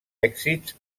èxits